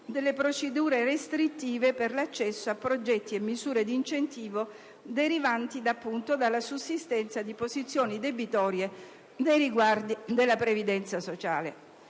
delle procedure restrittive per l'accesso a progetti e misure di incentivo derivanti dalla sussistenza di posizioni debitorie nei riguardi della previdenza sociale.